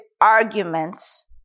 arguments